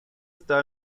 está